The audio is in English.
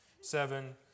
seven